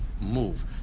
move